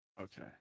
okay